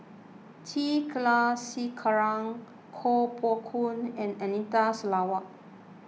T Kulasekaram Kuo Pao Kun and Anita Sarawak